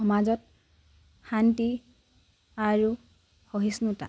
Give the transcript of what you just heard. সমাজত শান্তি আৰু সহিষ্ণুতা